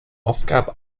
aufgabe